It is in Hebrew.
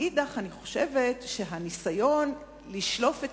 מאידך גיסא אני חושבת שהניסיון לשלוף את